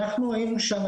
אנחנו היינו שם,